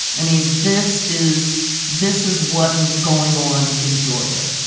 i mean, this is this is what was going on in georgia